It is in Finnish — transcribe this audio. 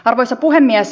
arvoisa puhemies